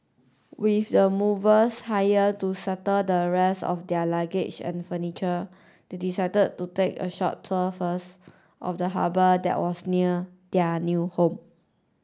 with the movers hired to settle the rest of their luggage and furniture they decided to take a short tour first of the harbour that was near their new home